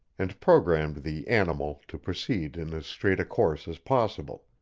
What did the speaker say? and programmed the animal to proceed in as straight a course as possible.